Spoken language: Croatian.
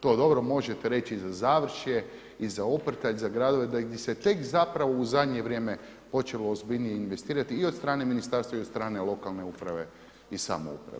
To dobro možete reći i za Završje i za Oprtalj, za gradove di se tek zapravo u zadnje vrijeme počelo ozbiljnije investirati i od strane ministarstva i od strane lokalne uprave i samouprave.